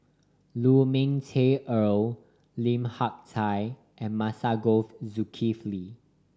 Lu Ming Teh Earl Lim Hak Tai and Masagos Zulkifli